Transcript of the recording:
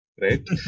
right